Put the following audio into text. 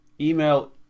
Email